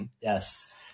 Yes